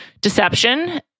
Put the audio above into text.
deception